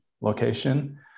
location